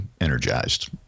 energized